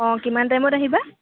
অ কিমান টাইমত আহিবা